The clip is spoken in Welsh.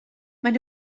maen